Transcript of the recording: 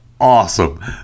awesome